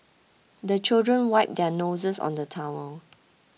the children wipe their noses on the towel